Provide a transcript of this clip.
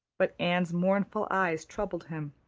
but anne's mournful eyes troubled him.